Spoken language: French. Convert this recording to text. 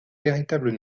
véritable